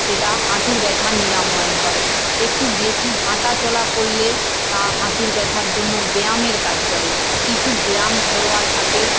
সেটা হাঁটুর ব্যথা নিরাময় হয় একটু বেশি হাঁটা চলা করলে তা হাঁটুর ব্যথার জন্য ব্যায়ামের কাজ করে কিছু ব্যায়াম ঘরোয়া থাকে